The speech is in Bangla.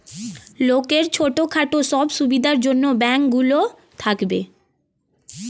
লোকের ছোট খাটো সব সুবিধার জন্যে ব্যাঙ্ক গুলো থাকে